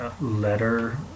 letter